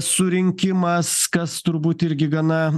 surinkimas kas turbūt irgi gana